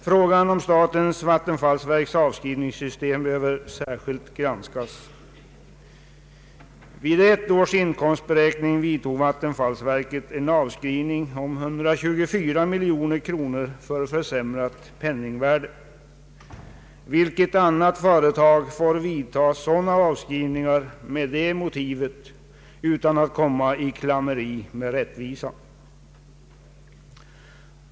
Frågan om statens vattenfallsverks avskrivningssystem behöver = särskilt granskas. Vid ett års inkomstberäkning gjorde vattenfallsverket en avskrivning på 124 miljoner kronor för försämrat penningvärde. Vilket annat företag får vidtaga sådana avskrivningar med det motivet utan att komma i klammeri med rättvisan?